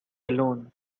alone